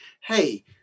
hey